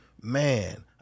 man